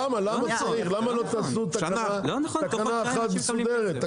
למה שלא תעשו תקנה אחת מסודרת?